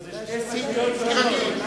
תצאי, תירגעי.